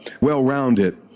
well-rounded